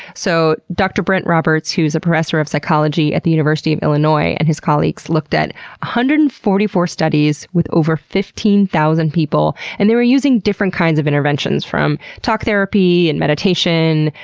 so, dr. brent roberts, who is a professor of psychology at the university of illinois, and his colleagues, looked at one ah hundred and forty four studies with over fifteen thousand people and they were using different kinds of interventions, from talk therapy, and meditation,